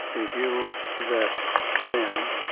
a view that man,